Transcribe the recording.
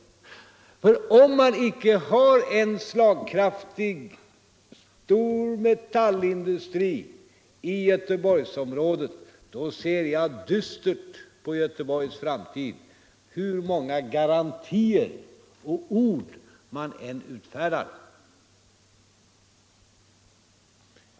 Om man icke har en slagkraftig stor metallindustri i Göteborgsområdet då ser jag dystert på Göteborgs framtid hur många garantier och ord man än utfärdar.